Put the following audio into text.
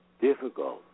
difficult